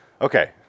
okay